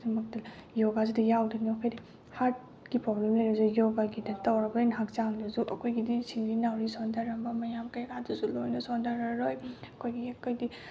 ꯈꯨꯗꯤꯡꯃꯛꯇ ꯌꯣꯒꯥꯁꯤꯗ ꯌꯥꯎꯗꯣꯏꯅꯦꯕ ꯍꯥꯏꯗꯤ ꯍꯥꯔꯠꯀꯤ ꯄ꯭ꯔꯣꯕ꯭ꯂꯦꯝ ꯂꯩꯔꯁꯨ ꯌꯣꯒꯥꯒꯤꯗ ꯇꯧꯔꯒ ꯑꯩꯈꯣꯏꯅ ꯍꯛꯆꯥꯡꯗꯁꯨ ꯑꯩꯈꯣꯏꯒꯤꯗꯤ ꯁꯤꯡꯂꯤ ꯅꯥꯎꯔꯤ ꯁꯣꯟꯊꯔꯝꯕ ꯃꯌꯥꯝ ꯀꯩꯀꯥꯗꯨꯁꯨ ꯂꯣꯏꯅ ꯁꯣꯟꯊꯔꯔꯣꯏ ꯑꯩꯈꯣꯏꯒꯤ ꯑꯩꯈꯣꯏꯒꯤ